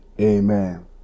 amen